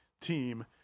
team